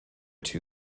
too